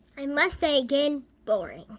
i must say again, boring.